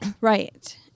Right